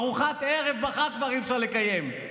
ארוחת ערב בחג כבר אי-אפשר לקיים.